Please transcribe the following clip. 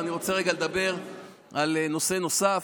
ואני רוצה רגע לדבר על נושא נוסף.